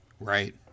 Right